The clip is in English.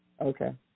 Okay